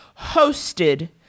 hosted